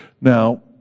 Now